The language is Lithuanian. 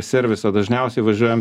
servisą dažniausiai važiuojam